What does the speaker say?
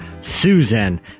Susan